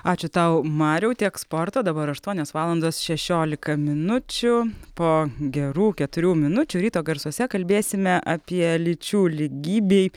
ačiū tau mariau tiek sporto dabar aštuonios valandos šešiolika minučių po gerų keturių minučių ryto garsuose kalbėsime apie lyčių lygybei